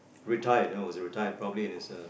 retired you knows retired probably in his uh